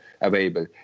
available